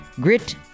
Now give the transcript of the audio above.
Grit